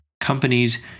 companies